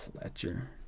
Fletcher